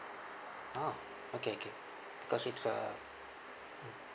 oh okay okay because it's uh